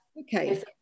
Okay